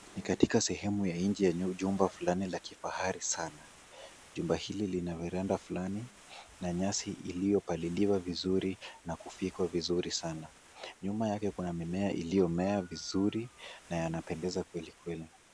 Ni katika sehemu ya nje ya jumba fulani la kifahari sana. Jumba hili lina veranda fulani na nyasi iliyopaliliwa vizuri na kufyekwa vizuri sana. Nyuma yake kuna mimea iliyomea vizuri na yanapendeza kweli kweli.